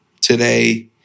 today